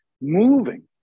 moving